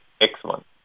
excellent